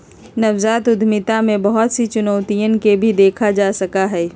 नवजात उद्यमिता में बहुत सी चुनौतियन के भी देखा जा सका हई